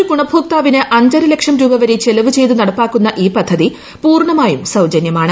ഒരു ഗുണഭോക്താവിന് അഞ്ചരലക്ഷം രൂപ വരെ ചെലവ് ചെയ്ത് നടപ്പാക്കുന്ന ഈ പദ്ധതി പൂർണമായും സൌജന്യമാണ്